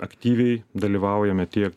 aktyviai dalyvaujame tiek